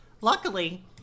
Luckily